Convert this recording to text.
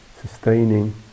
sustaining